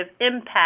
impact